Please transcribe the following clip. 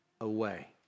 away